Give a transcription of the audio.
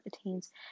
attains